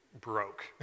broke